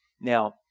Now